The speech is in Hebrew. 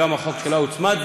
וגם החוק שלה הוצמד,